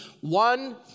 one